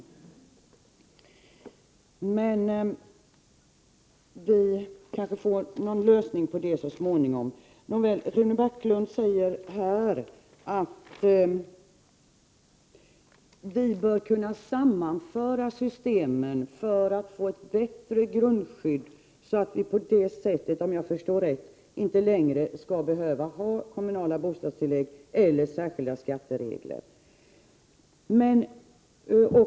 Vi kanske så småningom får någon lösning på hur det egentligen är. Rune Backlund sade att riksdagen bör kunna sammanföra systemen för att få ett bättre grundskydd, så att vi på det sättet inte längre skall behöva ha kommunala bostadstillägg eller särskilda skatteregler — om jag uppfattade honom rätt.